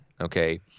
Okay